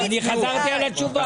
אני חזרתי על התשובה.